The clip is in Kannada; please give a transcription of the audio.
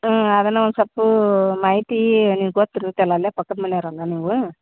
ಹ್ಞೂ ಅದನ್ನ ಒಂದು ಸೊಪ್ಪು ಮಾಹಿತಿ ನೀವು ಗೊತ್ತಿರ್ತಲ್ಲ ಅಲ್ಲೇ ಪಕ್ಕದ ಮನೆಯವರಲ್ಲ ನೀವು